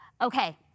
Okay